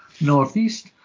Northeast